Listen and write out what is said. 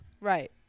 Right